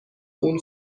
اون